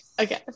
okay